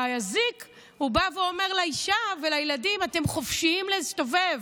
והאזיק בא ואומר לאישה ולילדים: אתם חופשיים להסתובב,